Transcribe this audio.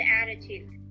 attitude